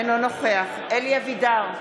אינו נוכח אלי אבידר,